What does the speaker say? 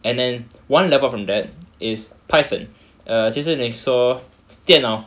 and then one level from that is python err 其实能说电脑